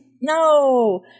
No